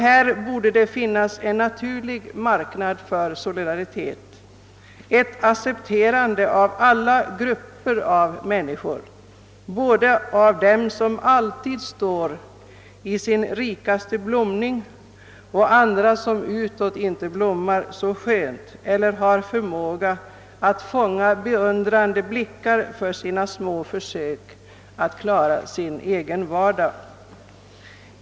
Här borde det finnas en naturlig marknad för solidaritet, ett accepterande av alla grupper av människor, både dem som alltid står i sin rikaste blomning och dem som utåt inte blommar så skönt eller har förmåga att fånga uppmuntrande blickar för sina små försök att klara sin egen vardag.